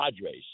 Padres